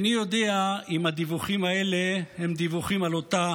איני יודע אם הדיווחים האלה הם דיווחים על אותה